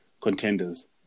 contenders